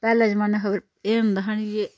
पैह्लै जमाने एह् होंदा हा नी जे